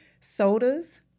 sodas